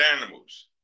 animals